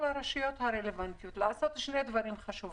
הרשויות הרלוונטיות לעשות שני דברים חשובים.